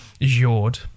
Jord